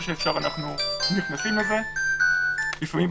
מתוך 1,400. זה המון.